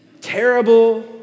terrible